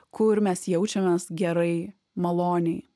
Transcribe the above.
kur mes jaučiamės gerai maloniai